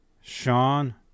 Sean